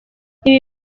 ibi